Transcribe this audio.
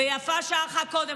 ויפה שעה אחת קודם.